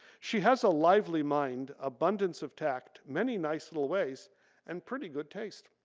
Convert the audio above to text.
she has a lively mind, abundance of tact, many nice little ways and pretty good taste.